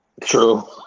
True